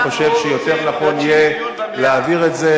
אני חושב שיותר נכון יהיה להעביר את זה,